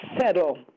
settle